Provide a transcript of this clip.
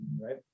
right